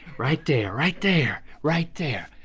right there, right there, right there.